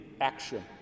action